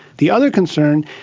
the other concern,